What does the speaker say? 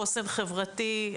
חוסן חברתי.